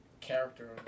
character